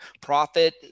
profit